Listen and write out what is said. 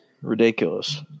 Ridiculous